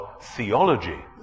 theology